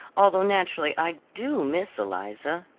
although naturally i do miss eliza.